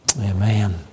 Amen